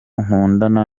nkundana